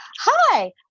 Hi